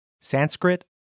Sanskrit